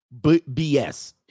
BS